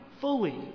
fully